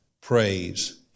praise